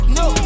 no